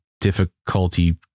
difficulty